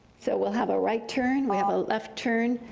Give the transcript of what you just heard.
so we'll have a right turn, we have a left turn,